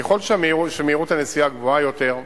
ככל שמהירות הנסיעה גבוהה יותר,